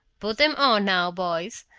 put them on now, boys.